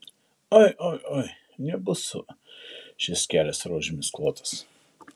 oi oi oi nebus šis kelias rožėmis klotas